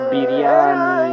Biryani